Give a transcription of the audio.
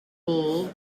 bull